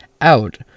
out